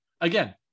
again